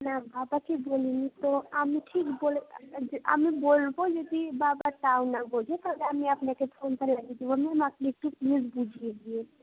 না বাবাকে বলি নি তো আমি ঠিক বলে যে আমি বলবো যদি বাবা তাও না বোঝে তালে আমি আপনাকে ফোনটা লাগিয়ে দেবো ম্যাম আপনি একটু প্লিস বুঝিয়ে দেবেন